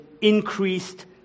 increased